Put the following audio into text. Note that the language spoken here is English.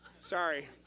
Sorry